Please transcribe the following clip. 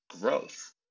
growth